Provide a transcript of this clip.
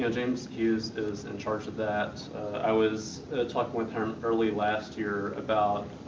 yeah james hughes is in charge of that i was talking with him early last year about